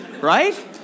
Right